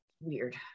weird